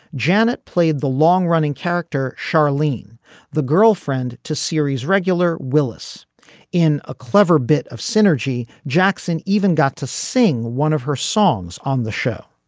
janet played the long running character charlene the girlfriend to series regular willis in a clever bit of synergy. jackson even got to sing one of her songs on the show.